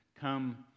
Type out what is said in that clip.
come